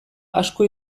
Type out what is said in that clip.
asko